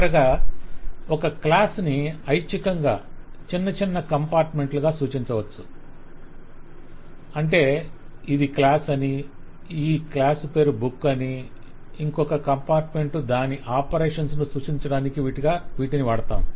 చివరగా ఒక క్లాస్ ని ఐచ్ఛికంగా చిన్న చిన్న కంపార్ట్మెంట్లు గా సూచించవచ్చు అంటే ఇది క్లాసు అని ఈ క్లాస్ పేరు బుక్ అని ఇంకొక కంపార్టుమెంటు దాని ఆపరేషన్స్ ను సూచించటానికి వీటిని వాడుతాము